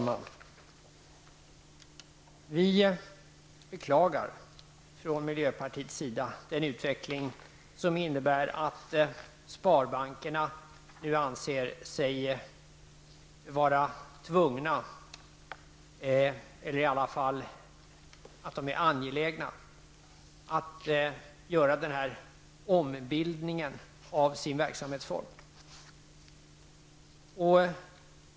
Fru talman! Från miljöpartiets sida beklagar vi den utveckling som innebär att sparbankerna nu anser sig vara tvungna eller i alla fall är angelägna att vidta den här ombildningen av sin verksamhetsform.